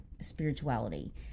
spirituality